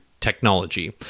technology